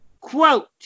quote